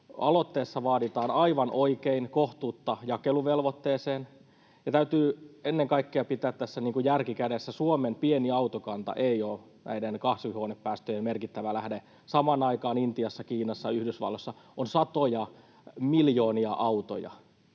Aloitteessa vaaditaan aivan oikein kohtuutta jakeluvelvoitteeseen. Täytyy ennen kaikkea pitää tässä järki kädessä. Suomen pieni autokanta ei ole näiden kasvihuonepäästöjen merkittävä lähde. Samaan aikaan Intiassa, Kiinassa, Yhdysvalloissa on satoja miljoonia autoja.